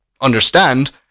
understand